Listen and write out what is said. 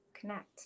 connect